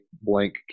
blank